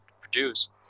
produce